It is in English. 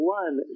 one